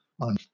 on